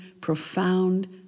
profound